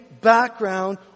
background